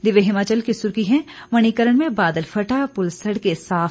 दिव्य हिमाचल की सुर्खी है मणिकर्ण में बादल फटा प्रल सड़के साफ